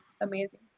amazing